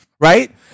right